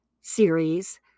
series